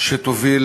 שתוביל